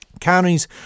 counties